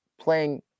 playing